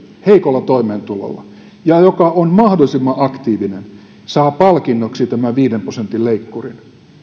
heikolla toimeentulolla ja joka on mahdollisimman aktiivinen saa palkinnoksi tämän viiden prosentin leikkurin